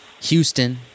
Houston